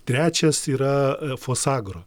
trečias yra a fosagro